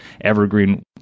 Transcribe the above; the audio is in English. evergreen